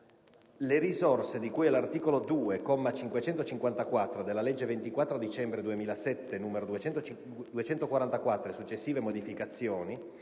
Le risorse di cui all'articolo 2, comma 554, della legge 24 dicembre 2007, n. 244, e successive modificazioni,